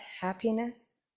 happiness